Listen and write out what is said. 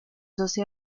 doce